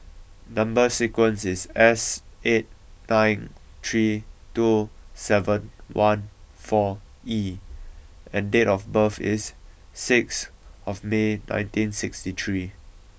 number sequence is S eight nine three two seven one four E and date of birth is sixth of May nineteen sixty three